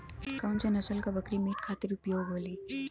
कौन से नसल क बकरी मीट खातिर उपयोग होली?